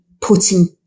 putting